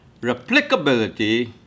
replicability